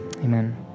amen